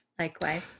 Likewise